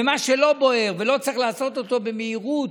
ומה שלא בוער ולא צריך לעשות אותו במהירות,